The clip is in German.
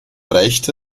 reicht